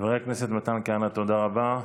חבר הכנסת מתן כהנא, תודה רבה.